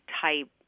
type